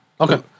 Okay